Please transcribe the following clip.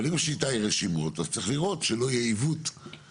אבל אם השיטה היא רשימות, צריך לבדוק שאין עיוות.